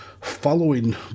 following